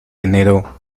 enero